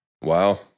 Wow